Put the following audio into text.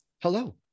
Hello